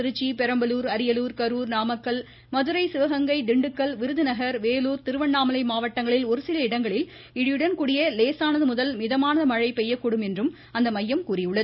திருச்சி பெரம்பலூர் அரியலூர் கரூர் நாமக்கல் மதுரை சிவகங்கை திண்டுக்கல் விருதுநகர் வேலூர் திருவண்ணாமலை மாவட்டங்களில் ஒரு சில இடங்களில் இடியுடன் கூடிய லேசானது முதல் மிதமான மழை பெய்யக்கூடும் எனவும் அம்மையம் கூறியுள்ளது